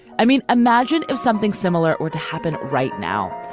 i mean, imagine if something similar were to happen right now.